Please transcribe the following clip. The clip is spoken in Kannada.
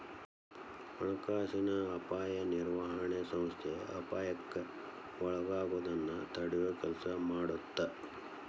ಹಣಕಾಸಿನ ಅಪಾಯ ನಿರ್ವಹಣೆ ಸಂಸ್ಥೆ ಅಪಾಯಕ್ಕ ಒಳಗಾಗೋದನ್ನ ತಡಿಯೊ ಕೆಲ್ಸ ಮಾಡತ್ತ